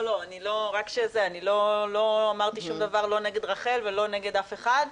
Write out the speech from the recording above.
אני לא אמרתי שום דבר לא נגד רח"ל ולא נגד אף אחד.